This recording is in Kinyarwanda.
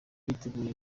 biteguye